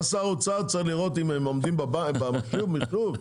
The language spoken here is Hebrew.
מה שר האוצר צריך לראות אם הם עומדים במכשיר מיתוג?